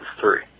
three